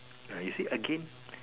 uh you see again